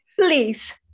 Please